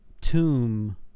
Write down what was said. tomb